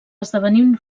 esdevenint